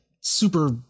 super